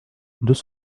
deux